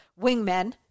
wingmen